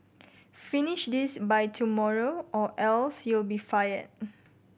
finish this by tomorrow or else you'll be fired